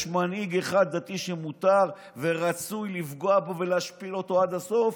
יש מנהיג דתי אחד שמותר ורצוי לפגוע בו ולהשפיל אותו עד הסוף,